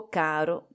caro